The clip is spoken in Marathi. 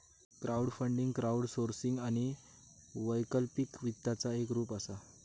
क्राऊडफंडींग क्राऊडसोर्सिंग आणि वैकल्पिक वित्ताचा एक रूप असा